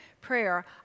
prayer